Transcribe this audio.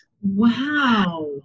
Wow